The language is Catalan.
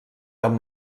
amb